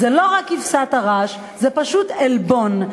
זה לא רק כבשת הרש, זה פשוט עלבון.